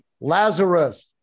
Lazarus